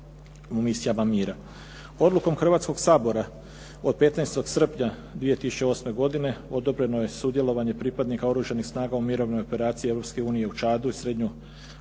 u misijama mira. Odlukom Hrvatskog sabora od 15. srpnja 2008. godine, odobreno je sudjelovanje pripadnika Oružanih snaga u Mirovnoj operaciji Europske unije u Čadu i